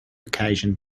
occasion